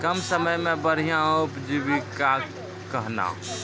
कम समय मे बढ़िया उपजीविका कहना?